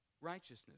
righteousness